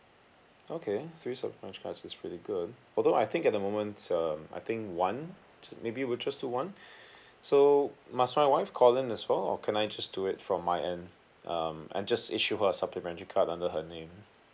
okay three supplementary cards is pretty good although I think at the moment um I think one maybe we'll just do one so must my wife call in as well or can I just do it from my end um and just issue her a supplementary card under her name